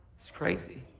that's crazy.